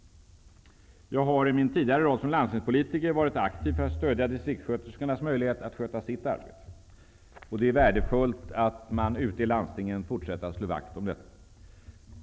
Jag har i min tidigare roll som landstingspolitiker arbetat aktivt för att stödja distriktssköterskornas möjligheter att sköta sitt arbete. Det är värdefullt att man ute i landstingen fortsätter att slå vakt om detta.